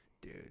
dude